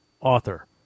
author